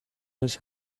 his